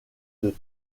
des